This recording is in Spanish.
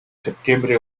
septiembre